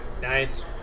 Nice